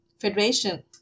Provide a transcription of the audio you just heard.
Federation